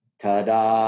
tada